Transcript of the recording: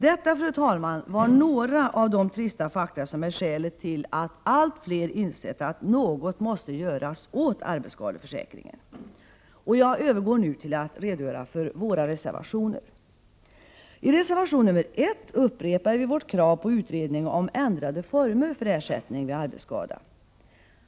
Detta, fru talman, var några av de trista fakta, som är skälet till att allt fler insett att något måste göras åt arbetsskadeförsäkringen. Jag övergår nu till att redogöra för våra reservationer. I reservation nr 1 upprepar vi vårt krav på utredning om ändrade former för ersättning vid arbetsskada.